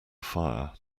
fire